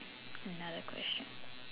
another question